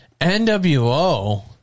NWO